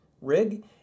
rig